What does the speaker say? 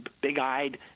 big-eyed